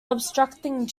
obstructing